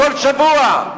כל שבוע.